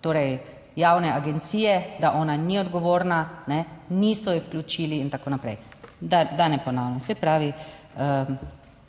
torej javne agencije, da ona ni odgovorna, niso je vključili in tako naprej, da ne ponavljam. Se pravi,